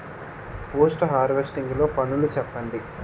Post harvesting లో పనులను చెప్పండి?